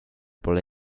pole